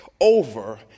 Over